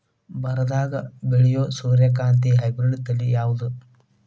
ಬರದಾಗ ಬೆಳೆಯೋ ಸೂರ್ಯಕಾಂತಿ ಹೈಬ್ರಿಡ್ ತಳಿ ಯಾವುದು?